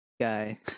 guy